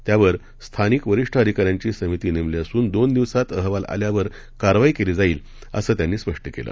त्यावर स्थानिक वरिष्ठ अधिकाऱ्यांची समिती नेमली असून दोन दिवसात अहवाल आल्यावर कारवाई केली जाईल असं त्यांनी स्पष्ट केलं